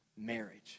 marriage